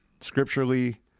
scripturally